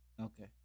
Okay